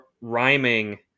rhyming